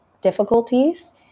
difficulties